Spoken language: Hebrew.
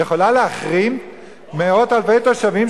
יכולה להחרים מאות אלפי תושבים,